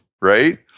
right